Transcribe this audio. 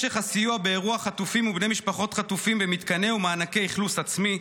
משך הסיוע באירוח חטופים ובני משפחות חטופים במתקנים ומענקי אכלוס עצמי,